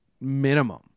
minimum